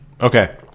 Okay